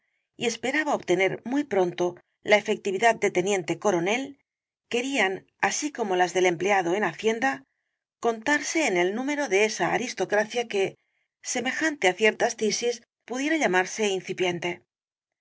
y esperaba obtener muy pronto la efectividad de teniente coronel querían así como las del empleado en hacienda contarse en el número de esa aristocracia que semejante á ciertas tisis pudiera llamarse incipiente